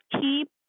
keep